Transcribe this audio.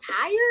tired